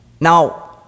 Now